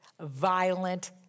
violent